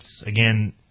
Again